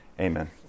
amen